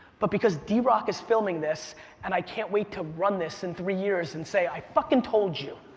but because drock is filming this and i can't wait to run this in three years and say, i fucking told you.